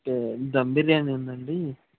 okay dum biryani ఉందండి